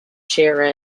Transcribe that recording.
shearer